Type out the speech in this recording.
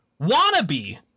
Wannabe